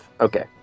Okay